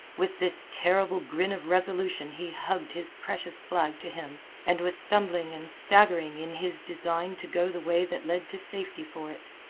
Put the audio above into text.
with this terrible grin of resolution he hugged his precious flag to him and was stumbling and staggering in his design to go the way that led to safety for it.